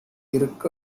இருக்க